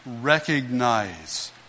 recognize